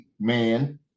man